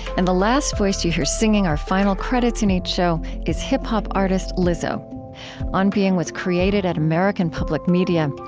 and the last voice that you hear singing our final credits in each show is hip-hop artist lizzo on being was created at american public media.